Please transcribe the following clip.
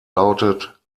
lautet